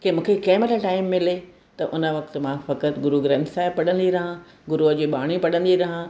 कि मूंखे कंहिं महिल टाईम मिले त उन वक़्तु मां फ़क़ति गुरू ग्रंथ साहिबु पढ़ंदी रहां गुरूअ जी बाणी पढ़ंदी रहां